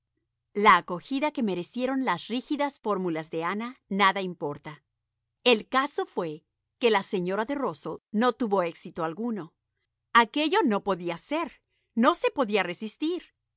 la acogida que merecieron las rígidas fórmulas de ana nada importa el caso fué que la señora de rusell no tuvo éxito alguno aquello no podía ser no se podía resistir